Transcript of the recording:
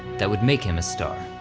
that would make him a star.